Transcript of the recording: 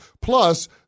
Plus